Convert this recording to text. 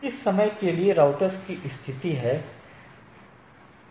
इस समय के लिए राउटर्स की स्थिति हैं t 0